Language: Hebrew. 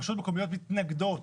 הרשויות המקומיות מתנגדות